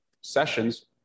Sessions